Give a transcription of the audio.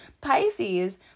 Pisces